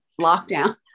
lockdown